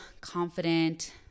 confident